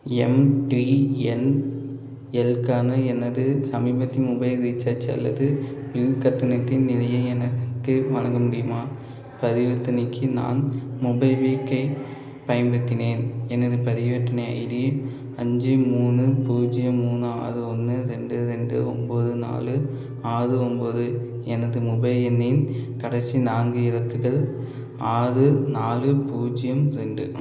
எம்டிஎன்எல்லுக்கான எனது சமீபத்திய mobile recharge அல்லது பில் கட்டணத்தின் நிலையை எனக்கு வழங்க முடியுமா பரிவர்த்தனைக்கு நான் மொபிவிக்கை பயன்படுத்தினேன் எனது பரிவர்த்தனை ஐடி அஞ்சு மூணு பூஜ்ஜியம் மூணு ஆறு ஒன்று ரெண்டு ரெண்டு ஒம்பது நாலு ஆறு ஒம்பது எனது மொபைல் எண்ணின் கடைசி நான்கு இலக்குகள் ஆறு நாலு பூஜ்ஜியம் ரெண்டு